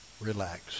relax